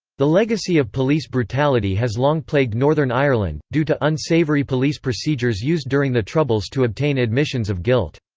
the legacy of police brutality has long plagued northern ireland, due to unsavoury police procedures used during the troubles to obtain admissions of guilt.